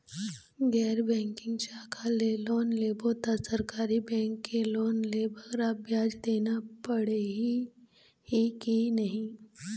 गैर बैंकिंग शाखा ले लोन लेबो ता सरकारी बैंक के लोन ले बगरा ब्याज देना पड़ही ही कि नहीं?